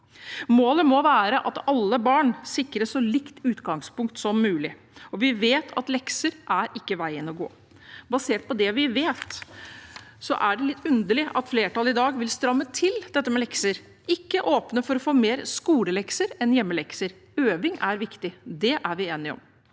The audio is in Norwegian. Målet må være at alle barn sikres så likt utgangspunkt som mulig. Vi vet at lekser ikke er veien å gå. Basert på det vi vet, er det litt underlig at flertallet i dag vil stramme til når det gjelder lekser, ikke åpne for å få mer skolelekser enn hjemmelekser. Øving er viktig, det er vi enige om.